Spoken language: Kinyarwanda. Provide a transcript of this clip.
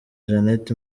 janet